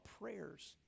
prayers